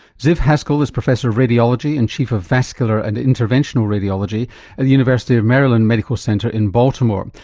ziv haskal is professor of radiology and chief of vascular and intervention radiology at the university of maryland medical center in baltimore.